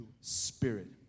Spirit